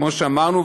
כמו שאמרנו,